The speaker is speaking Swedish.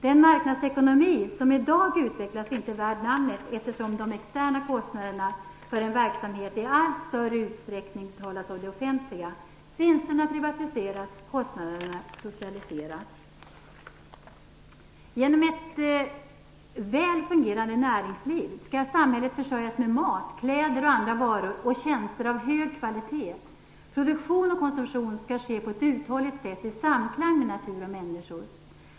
Den marknadsekonomi som i dag utvecklas är inte värd namnet eftersom de externa kostnaderna för en verksamhet i allt större utsträckning betalas av det offentliga. Vinsterna privatiseras, kostnaderna socialiseras. Genom ett väl fungerande näringsliv skall samhället försörjas med mat, kläder och andra varor och tjänster av hög kvalitet. Produktion och konsumtion skall ske på ett uthålligt sätt i samklang med natur och människor.